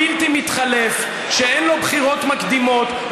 הבלתי-מתחלף, שאין לו בחירות מקדימות.